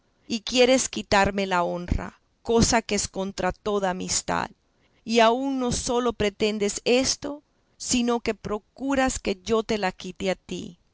y quieres quitarme la honra cosa que es contra toda amistad y aun no sólo pretendes esto sino que procuras que yo te la quite a ti